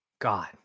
God